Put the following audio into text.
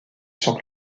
sur